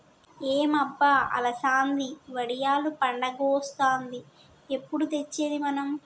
ఏం అబ్బ అలసంది వడియాలు పండగొస్తాంది ఎప్పుడు తెచ్చేది మనం